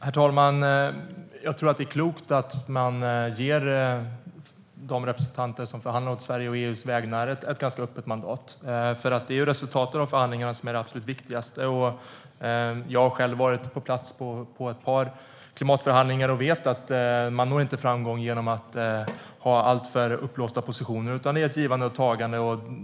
Herr talman! Jag tror att det är klokt att man ger de representanter som förhandlar å Sveriges och EU:s vägnar ett ganska öppet mandat. Det är resultatet av förhandlingarna som är det absolut viktigaste. Jag har själv varit på plats på ett par klimatförhandlingar och vet att man inte når framgång genom att ha alltför låsta positioner. Det är ett givande och tagande.